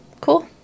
cool